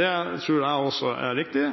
Det tror jeg også er riktig,